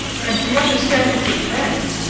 and the understandings of men,